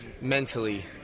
mentally